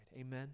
Amen